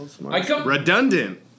Redundant